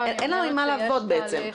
אין לנו עם מה לעבוד בעצם.